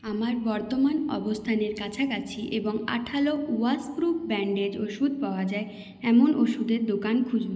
আমার বর্তমান অবস্থানের কাছাকাছি এবং আঠালো ওয়াশপ্রুফ ব্যান্ড এড ওষুধ পাওয়া যায় এমন ওষুধের দোকান খুঁজুন